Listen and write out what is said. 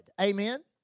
Amen